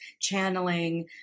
channeling